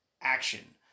action